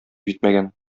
җитмәгән